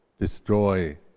destroy